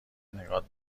نگات